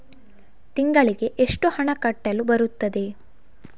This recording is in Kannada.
ತಿಂಗಳಿಗೆ ಎಷ್ಟು ಹಣ ಕಟ್ಟಲು ಬರುತ್ತದೆ?